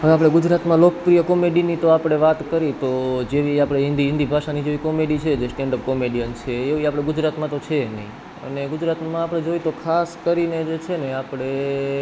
હવે આપણે ગુજરાતમાં લોકપ્રિય કોમેડીની તો આપણે વાત કરીએ તો જેવી આપણે હિન્દી હિન્દી ભાષાની કોમેડી છે જે સ્ટેન્ડ અપ કોમેડિયન છે એવી આપણાં ગુજરાતમાં તો છે નહીં અને ગુજરાતમાં આપણે જોઈએ તો ખાસ કરીને જે છે ને આપણે